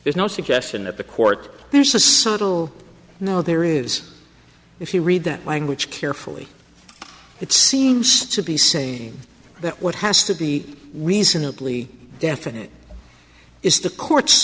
there's no suggestion at the court there's a subtle no there is if you read that language carefully it seems to be saying that what has to be reasonably definite is the court